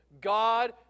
God